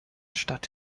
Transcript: stadt